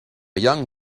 young